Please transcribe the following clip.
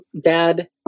dad